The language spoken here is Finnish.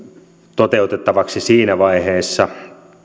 toteutettavaksi siinä vaiheessa